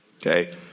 Okay